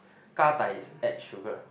gah-dai is add sugar